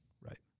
Right